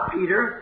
Peter